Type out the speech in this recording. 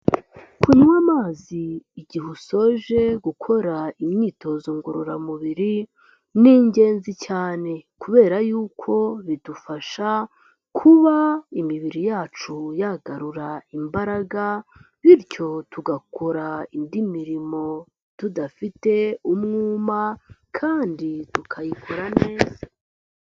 Kunywa amazi igihe usoje gukora imyitozo ngororamubiri ni ingenzi cyane, kubera yuko bidufasha kuba imibiri yacu yagarura imbaraga, bityo tugakora indi mirimo tudafite umwuma kandi tukayikora neza.